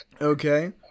okay